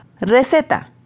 Receta